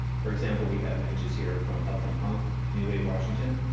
for example, we have images here from up from punk, new wave washington.